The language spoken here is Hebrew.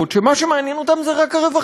מתחילה התעללות בבני-אדם.